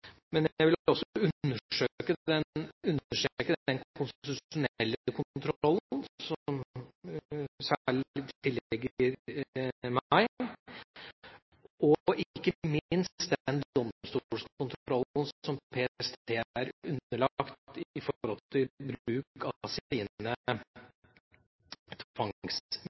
men jeg vil også understreke den konstitusjonelle kontrollen som særlig tilligger meg, og ikke minst den domstolskontrollen som PST er underlagt i forhold til bruk av